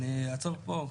אני אעצור פה.